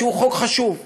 שהוא חוק חשוב,